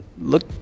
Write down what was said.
look